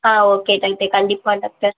ஆ okay கண்டிப்பாக doctor